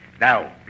Now